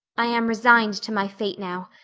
i am resigned to my fate now,